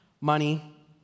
money